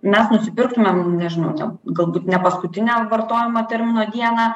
mes nusipirktumėm nežinau ten galbūt ne paskutinę vartojimo termino dieną